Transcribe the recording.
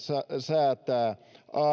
säätää am